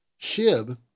SHIB